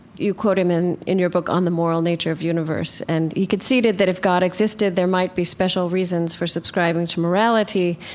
you quote him in in your book on the moral nature of the universe. and you conceded that if god existed, there might be special reasons for subscribing to morality.